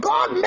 God